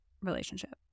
relationship